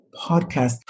podcast